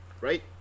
Right